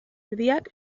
erdiak